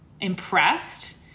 impressed